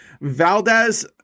Valdez